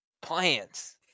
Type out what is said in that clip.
plants